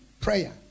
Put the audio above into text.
prayer